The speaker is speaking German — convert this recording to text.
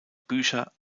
bücher